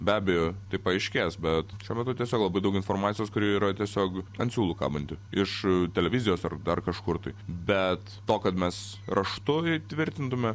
be abejo tai paaiškės bet šiuo metu tiesiog labai daug informacijos kuri yra tiesiog ant siūlų kabanti iš televizijos ar dar kažkur tai bet to kad mes raštu įtvirtintume